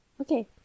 Okay